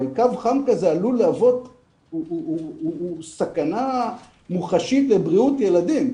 הרי קו חם כזה הוא סכנה מוחשית לבריאות ילדים.